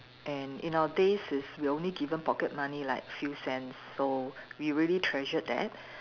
and in our days is we are only given pocket money like few cents so we really treasured that